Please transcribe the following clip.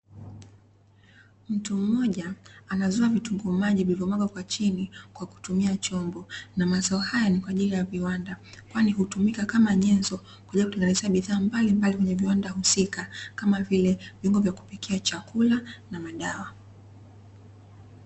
Mtu mmoja anazoa vitunguU maji vilivyo mwagwa kwa chini kwa kutumia chombo, na mazao hayo ni kwa ajili ya viwanda kwani hutumika kama nyenzo kwa ajili ya kutengeneza bidhaa mbalimbali kwenye viwanda husika kama vile viungo vya kupikia chakula na madawa.